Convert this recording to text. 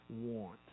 want